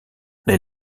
les